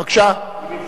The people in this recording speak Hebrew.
בבקשה.